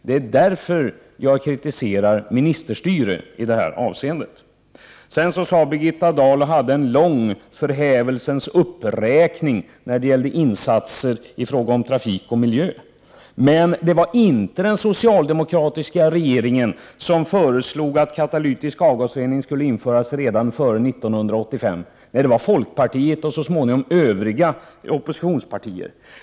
Det är i det avseendet jag kritiserar ministerstyre. Sedan hade Birgitta Dahl en lång förhävelsens uppräkning när det gäller insatser i fråga om trafik och miljö. Men det var inte den socialdemokratiska regeringen som föreslog att katalytisk avgasrening skulle införas redan före 1985. Det var folkpartiet och så småningom övriga oppositionspartier.